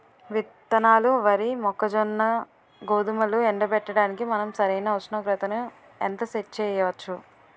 విత్తనాలు వరి, మొక్కజొన్న, గోధుమలు ఎండబెట్టడానికి మనం సరైన ఉష్ణోగ్రతను ఎంత సెట్ చేయవచ్చు?